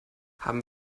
haben